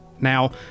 Now